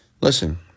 listen